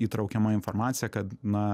įtraukiama informacija kad na